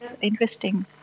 interesting